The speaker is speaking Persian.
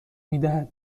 میدهد